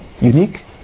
Unique